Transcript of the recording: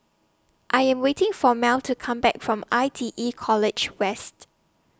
I Am waiting For Mel to Come Back from I T E College West